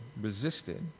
resisted